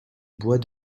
bois